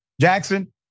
Jackson